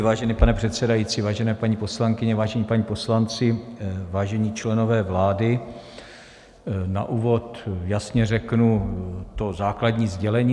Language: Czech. Vážený pane předsedající, vážené paní poslankyně, vážení páni poslanci, vážení členové vlády, na úvod jasně řeknu to základní sdělení.